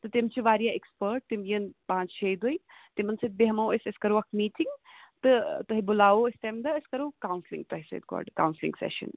تہٕ تِم چھِ واریاہ ایٚکٕسپٲٹ تِم یِنۍ پانٛژھِ شیٚیہِ دُہۍ تِمن سۭتۍ بیٚہمو أسۍ أسۍ کرو اکھ میٹِنگ تہٕ تُہۍ بُلاہو أسۍ تَمہِ دۄہ أسۍ کرو کَونسِلِنگ تۄہہِ سۭتۍ گۄڈٕ کونسِلِنگ سیٚشن